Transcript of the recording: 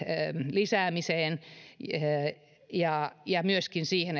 lisäämiseen ja ja myöskin siihen